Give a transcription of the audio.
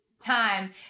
Time